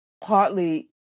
partly